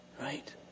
right